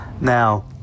Now